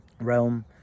realm